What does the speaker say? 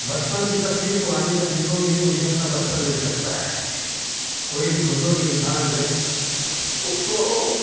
बचपन की तस्वीर पुरानी तस्वीरों में ही मुझे अपना बचपन मिल सकता है कोई भी बुज़ुर्ग इंसान है उसको